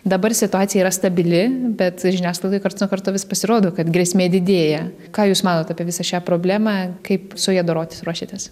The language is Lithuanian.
dabar situacija yra stabili bet žiniasklaidoj karts nuo karto vis pasirodo kad grėsmė didėja ką jūs manot apie visą šią problemą kaip su ja dorotis ruošiatės